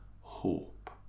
hope